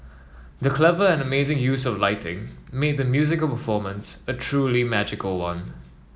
the clever and amazing use of lighting made the musical performance a truly magical one